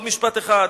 עוד משפט אחד.